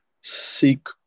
seek